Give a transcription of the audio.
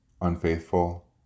unfaithful